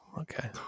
okay